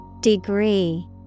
Degree